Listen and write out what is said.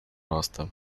роста